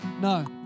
No